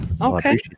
Okay